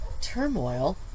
turmoil